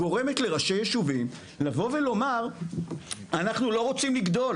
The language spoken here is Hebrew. גורמת לראשי ישובים לבוא ולומר אנחנו לא רוצים לגדול.